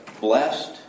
blessed